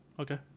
Okay